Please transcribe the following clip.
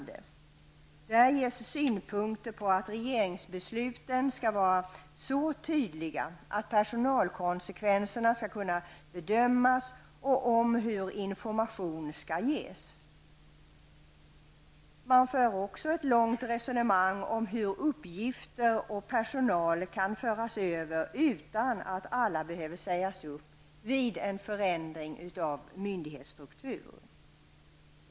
Där ges synpunkter på att regeringsbesluten skall vara så tydliga att personalkonsekvenserna skall kunna bedömas och på hur information skall ges. Det förs också ett långt resonemang om hur uppgifter och personal vid en förändring av myndighetsstrukturen kan föras över utan att alla behöver sägas upp.